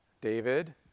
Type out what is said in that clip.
David